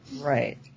Right